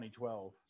2012